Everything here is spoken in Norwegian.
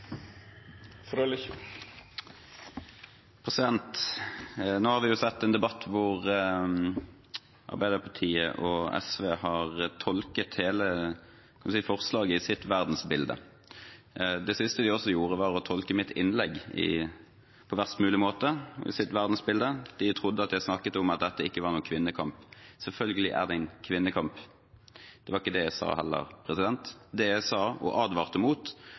SV har tolket hele forslaget i sitt verdensbilde. Det siste de gjorde var å tolke også mitt innlegg på verst mulig måte og i sitt verdensbilde. De trodde at jeg snakket om at dette ikke var en kvinnekamp. Selvfølgelig er det en kvinnekamp. Det var ikke det jeg sa, heller. Det jeg sa, og advarte